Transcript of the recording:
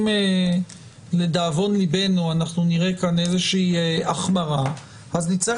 אם לדאבון לבנו אנחנו נראה כאן איזושהי החמרה נצטרך